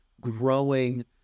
growing